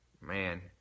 Man